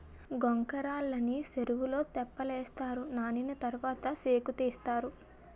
గొంకర్రలని సెరువులో తెప్పలేస్తారు నానిన తరవాత సేకుతీస్తారు